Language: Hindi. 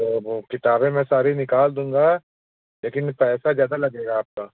ओ हो किताबें मैं सारी निकाल दूँगा लेकिन पैसा ज्यादा लगेगा आपका